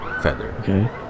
feather